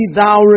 thou